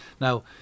now